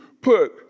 put